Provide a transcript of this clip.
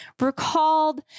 recalled